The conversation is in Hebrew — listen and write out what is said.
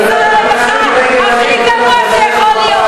הטיפול המביך ביוקר המחיה והדיור